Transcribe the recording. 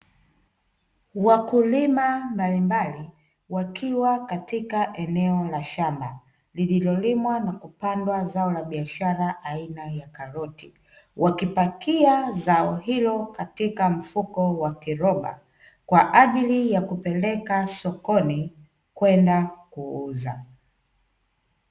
Wakulima mbalimbali wakiwa katika eneo la shamba, lililolimwa na kupandwa zao la biashara aina ya karoti, wakipakia zao hilo katika mfuko wa kiroba kwa ajili ya kupeleka sokoni kwenda kuuza.